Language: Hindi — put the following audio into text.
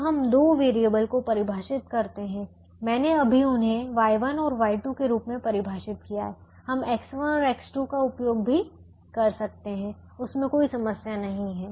अब हम दो वेरिएबल को परिभाषित करते हैं मैंने अभी उन्हें Y1 और Y2 के रूप में परिभाषित किया है हम X1 और X2 का भी उपयोग कर सकते हैं उसमे कोई समस्या नहीं है